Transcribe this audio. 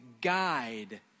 guide